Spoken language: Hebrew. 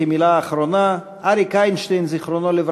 כמילה אחרונה: אריק איינשטיין ז"ל,